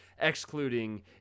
excluding